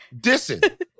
dissing